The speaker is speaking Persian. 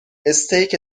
استیک